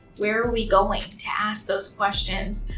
where are we going? to ask those questions